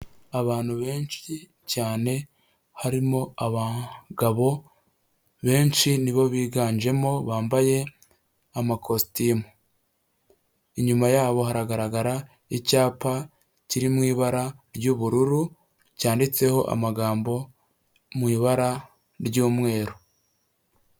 Abantu benshi cyane harimo abagabo benshi nibo biganjemo bambaye amakositimu. Inyuma yabo haragaragara icyapa kiri mu ibara ry'ubururu cyanditseho amagambo mu ibara ry'umweru.